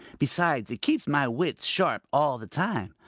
besides, it keeps my wits sharp all the time.